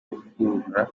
gukurura